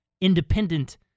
independent